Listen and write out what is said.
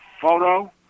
photo